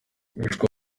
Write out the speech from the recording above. hishwe